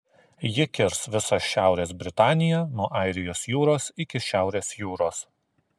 ji kirs visą šiaurės britaniją nuo airijos jūros iki šiaurės jūros